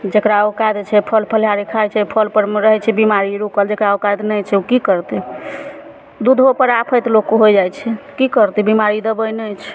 जेकरा ओकाइद छै से फल फलहारी खाइ छै से फलपरमे रहै छै बिमारी रूकल जेकरा ओकाइद नहि छै की करतै दूधोपर आफैत लोकके होइ जाइ छै की करतै बिमारी दबै नहि छै